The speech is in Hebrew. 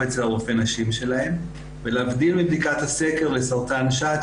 אצל הרופא נשים שלהן ולהבדיל מבדיקת הסקר לסרטן השד,